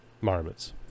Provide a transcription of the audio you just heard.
marmots